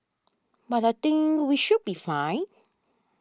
but I think we should be fine